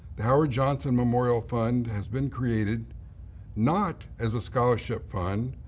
the howard johnson memorial fund has been created not as a scholarship fund,